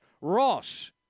Ross